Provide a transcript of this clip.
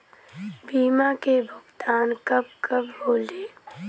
बीमा के भुगतान कब कब होले?